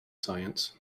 science